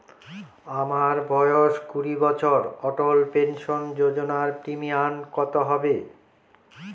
আমার বয়স কুড়ি বছর অটল পেনসন যোজনার প্রিমিয়াম কত হবে?